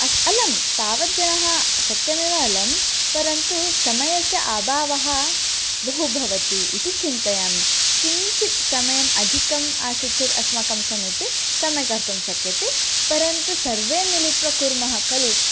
अस्तु अलं तावत् जनाः सत्यमेव अलं परन्तु समयस्य अभावः बहु भवति इति चिन्तयामि किञ्चित् समयम् अधिकम् आसीत् चेत् अस्माकं समीपे सम्यक्कर्तुं शक्यते परन्तु सर्वे मिलित्वा कुर्मः खलु